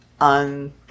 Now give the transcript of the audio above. on